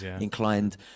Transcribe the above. inclined